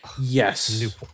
Yes